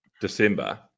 December